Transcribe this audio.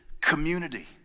community